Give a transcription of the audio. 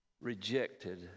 rejected